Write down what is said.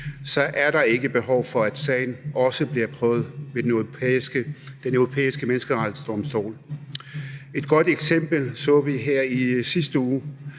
er der ikke behov for, at sagen også bliver prøvet ved Den Europæiske Menneskerettighedsdomstol. Et godt eksempel på det, så vi her i sidste uge,